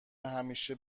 همیشه